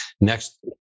next